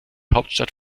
hauptstadt